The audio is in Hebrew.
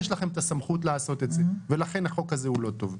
יש לכם את הסמכות לעשות את זה ולכן החוק הזה הוא לא טוב.